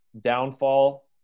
downfall